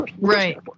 Right